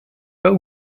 pas